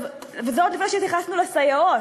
וזה עוד לפני שהתייחסנו לסייעות,